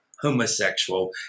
homosexual